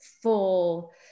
full